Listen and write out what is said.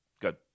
Good